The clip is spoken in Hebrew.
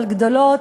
אבל גדולות.